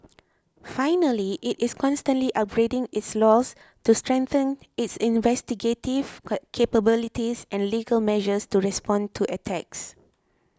finally it is constantly upgrading its laws to strengthen its investigative capabilities and legal measures to respond to attacks